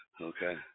Okay